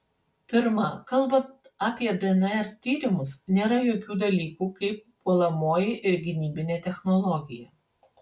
pirma kalbant apie dnr tyrimus nėra tokių dalykų kaip puolamoji ir gynybinė technologija